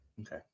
Okay